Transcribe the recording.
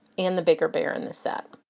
and the bigger bear in the set.